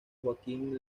joaquín